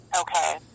okay